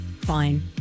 fine